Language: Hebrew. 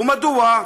ומדוע?